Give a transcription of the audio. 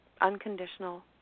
Unconditional